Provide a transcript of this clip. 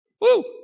Woo